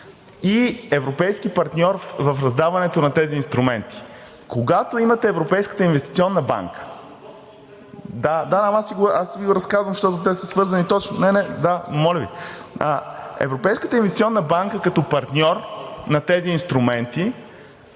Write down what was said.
и европейски партньор в раздаването на тези инструменти. Когато имате Европейската инвестиционна банка… (Реплики от ИТН.) Да, аз Ви разказвам, защото те са свързани точно, моля Ви! Европейската инвестиционна банка като партньор на тези инструменти